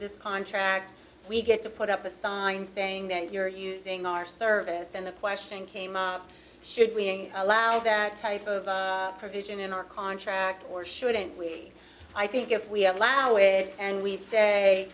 this contract we get to put up a sign saying that you're using our service and the question came up should we allow that type of provision in our contract or shouldn't we i think if we allow it and we